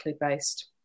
based